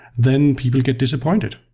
then people get disappointed.